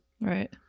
Right